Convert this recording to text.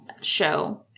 show